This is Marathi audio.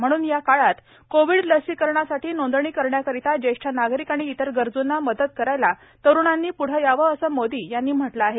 म्हणून या काळात कोविड लसीकरणासाठी नोंदणी करण्याकरता ज्येष्ठ नागरिक आणि इतर गरजूना मदत करायला तरुणांनी प्ढं यावं असं मोदी यांनी म्हटलं आहे